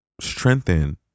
strengthen